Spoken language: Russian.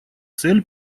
цель